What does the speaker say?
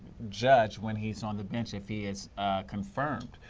judge when he is on the bench if he is confirmed.